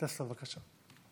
טסלר, בבקשה.